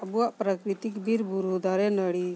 ᱟᱵᱚᱣᱟᱜ ᱯᱨᱟᱠᱨᱤᱛᱤᱠ ᱵᱤᱨ ᱵᱩᱨᱩ ᱫᱟᱨᱮ ᱱᱟᱹᱲᱤ